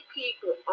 people